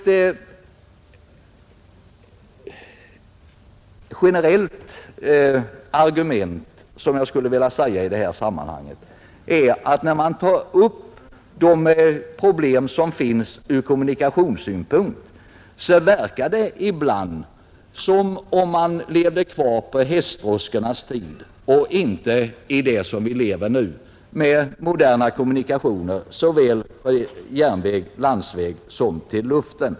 Ett generellt argument som jag skulle vilja framföra, när man tar upp de problem som finns ur kommunikationssynpunkt, är att det ibland verkar som om man levde kvar på hästdroskornas tid och inte i den tid som vi nu lever i med moderna kommunikationer såväl på järnväg och landsväg som i luften.